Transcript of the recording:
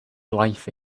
life